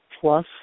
Plus